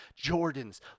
Jordans